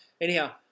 Anyhow